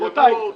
שיביאו האוצר.